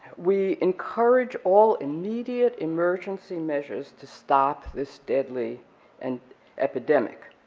we encourage all immediate emergency measures to stop this deadly and epidemic,